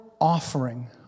offering